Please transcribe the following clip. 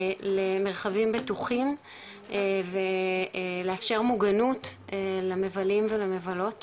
למרחבים בטוחים ולאפשר מוגנות למבלים ולמבלות שם,